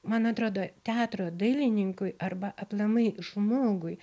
man atrodo teatro dailininkui arba aplamai žmogui